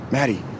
Maddie